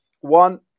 One